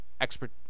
expert